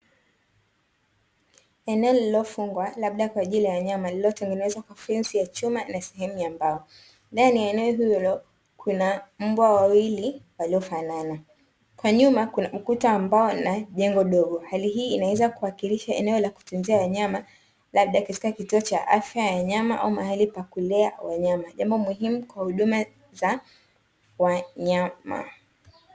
Eneo lililofungwa labda kwa ajili ya wanyama, liliotengenezwa kwa fensi ya chuma na sehemu ya mbao. Ndani ya eneo hilo kuna mbwa wawili waliofanana. Kwa nyuma kuna ukuta ambao una jengo dogo. Hii inaweza kuwakilisha eneo la kutunzia wanyama, labda katika kituo cha afya ya wanyama au mahali pakulea wanyama; jambo muhimu kwa huduma za wanyama.